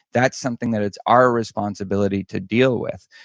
that's something that it's our responsibility to deal with,